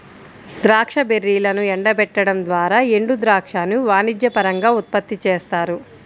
ద్రాక్ష బెర్రీలను ఎండబెట్టడం ద్వారా ఎండుద్రాక్షను వాణిజ్యపరంగా ఉత్పత్తి చేస్తారు